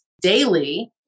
daily